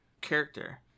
character